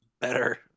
better